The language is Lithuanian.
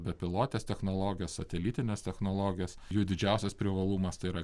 bepilotės technologijos satelitinės technologijos jų didžiausias privalumas tai yra